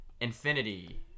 Infinity